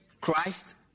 Christ